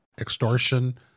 extortion